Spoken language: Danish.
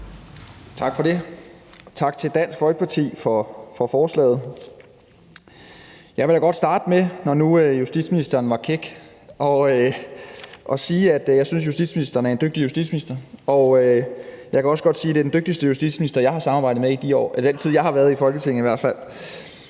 Tak for det, og tak til Dansk Folkeparti for forslaget. Jeg vil da godt, når nu justitsministeren var kæk, starte med at sige, at jeg synes, justitsministeren er en dygtig justitsminister, og jeg kan også godt sige, at det i hvert fald er den dygtigste justitsminister, jeg har samarbejdet med i den tid, jeg har været i Folketinget. Jeg tror,